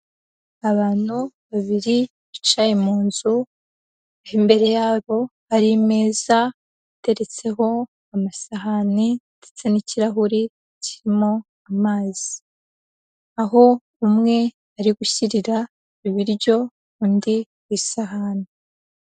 Abantu babiri bicaye mu nzu, imbere yabo hari imeza iteretseho amasahani ndetse n'ikirahuri kirimo amazi aho umwe ari gushyirira ibiryo undi ku isahani.